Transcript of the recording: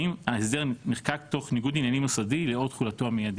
האם ההסדר נחקק תוך ניגוד עניינים מוסדי לאור תחולתו המיידית.